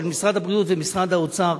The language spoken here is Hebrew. של משרד הבריאות ומשרד האוצר.